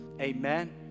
amen